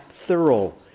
thorough